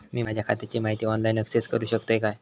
मी माझ्या खात्याची माहिती ऑनलाईन अक्सेस करूक शकतय काय?